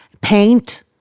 paint